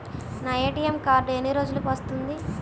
నా ATM card ఎన్ని రోజులకు వస్తుంది?